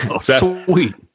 Sweet